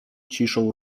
ciszą